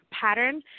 pattern